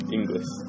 English